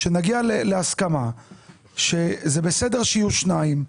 שנגיע להסכמה שזה בסדר שיהיו שניים.